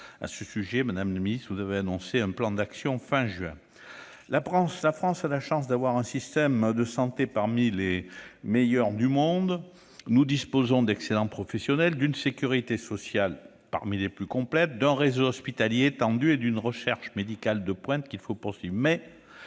à ce sujet, madame la ministre, vous avez annoncé un plan d'action d'ici à la fin du mois de juin. La France a la chance d'avoir un système de santé qui compte parmi les meilleurs au monde. Nous disposons d'excellents professionnels, d'une sécurité sociale parmi les plus complètes, d'un réseau hospitalier étendu et d'une recherche médicale de pointe- en la matière,